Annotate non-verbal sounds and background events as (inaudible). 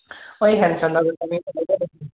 এই হেমচন্দ্ৰ গোস্বামী (unintelligible)